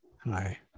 Hi